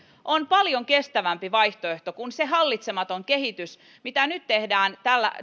on paljon kestävämpi vaihtoehto kuin se hallitsematon kehitys mitä nyt tehdään